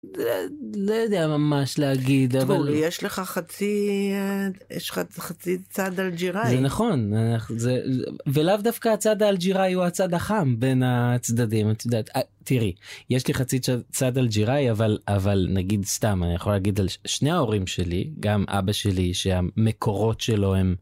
לא יודע ממש להגיד אבל יש לך חצי יש לך חצי צד אלג'יראי נכון ולאו דווקא הצד אלג'יראי הוא הצד החם בין הצדדים את יודעת תראי. יש לי חצי צד אלג'יראי אבל אבל נגיד סתם אני יכול להגיד על שני ההורים שלי גם אבא שלי שהמקורות שלו הם.